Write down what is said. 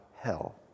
hell